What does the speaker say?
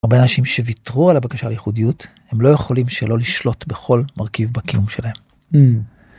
הרבה אנשים שוויתרו על הבקשה ליחודיות הם לא יכולים שלא לשלוט בכל מרכיב בקיום שלהם.